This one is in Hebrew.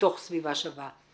מתוך סביבה שווה.